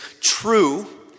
true